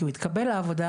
כי הוא התקבל לעבודה,